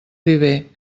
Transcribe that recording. viver